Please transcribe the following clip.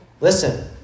Listen